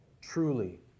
truly